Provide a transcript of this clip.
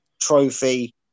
trophy